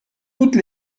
toutes